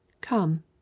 Come